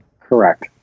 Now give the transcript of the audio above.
Correct